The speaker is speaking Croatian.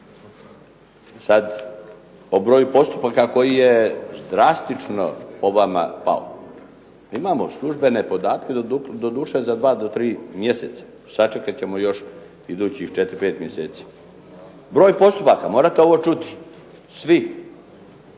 Sad o broju postupaka koji je drastično po vama pao, pa imamo službene podatke, doduše za 2-3 mjeseca, sačekat ćemo još idućih 4, 5 mjeseci. Broj postupaka, morate ovu čuti svi,